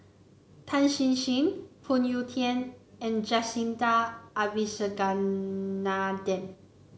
Tan Chin Chin Phoon Yew Tien and Jacintha Abisheganaden